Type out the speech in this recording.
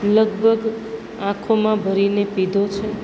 લગભગ આંખોમાં ભરીને પીધો છે